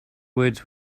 words